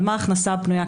על מה ההכנסה הפנויה.